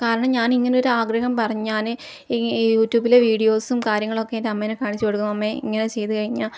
കാരണം ഞാനിങ്ങനെ ഒരാഗ്രഹം പറഞ്ഞ് ഞാൻ യൂട്യൂബിലെ വീഡിയോസും കാര്യങ്ങളൊക്കെ എൻ്റെ അമ്മേനെ കാണിച്ചു കൊടുക്കും അമ്മേ ഇങ്ങനെ ചെയ്ത് കഴിഞ്ഞാൽ